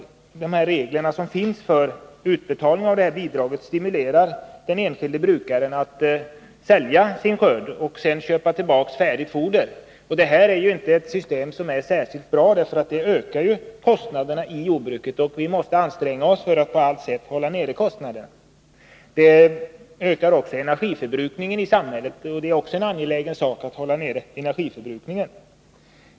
Reglerna för utbetalning av detta bidrag stimulerar emellertid den enskilde brukaren att sälja skörden för att sedan köpa tillbaka färdigt foder. Detta system är inte särskilt bra, för det ökar kostnaderna i jordbruket. Vi måste anstränga oss för att på allt sätt hålla nere kostnaderna. Det ökar också samhällets energiförbrukning, som det är en angelägen uppgift att hålla nere. Bidrag bör även ges till den som använder ärterna direkt i den egna produktionen.